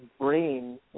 brain